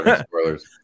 Spoilers